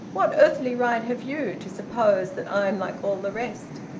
what earthly right have you to suppose that i'm like all the rest?